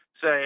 say